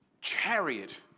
chariot